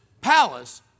palace